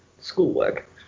schoolwork